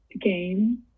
game